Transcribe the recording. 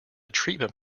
treatment